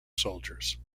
soldiers